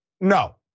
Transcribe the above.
no